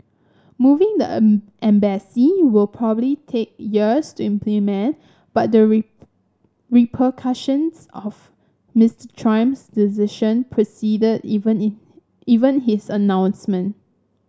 moving the embassy will probably take years to implement but the repercussions of Mister Trump's decision preceded even even his announcement